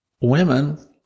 women